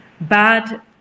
bad